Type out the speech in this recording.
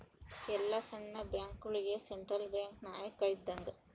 ಎಲ್ಲ ಸಣ್ಣ ಬ್ಯಾಂಕ್ಗಳುಗೆ ಸೆಂಟ್ರಲ್ ಬ್ಯಾಂಕ್ ನಾಯಕ ಇದ್ದಂಗೆ